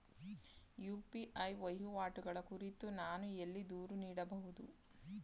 UPI ವಹಿವಾಟುಗಳ ಕುರಿತು ನಾನು ಎಲ್ಲಿ ದೂರು ನೀಡಬಹುದು?